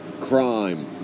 crime